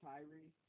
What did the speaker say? Tyree